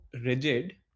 rigid